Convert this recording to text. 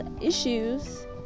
issues